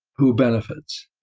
who benefits?